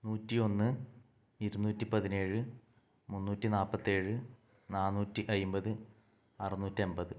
നൂറ്റിയൊന്ന് ഇരുന്നൂറ്റി പതിനേഴ് മുന്നൂറ്റി നാൽപ്പത്തേഴ് നാന്നൂറ്റി അൻപത് അറുന്നൂറ്റി അൻപത്